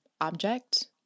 object